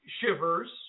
shivers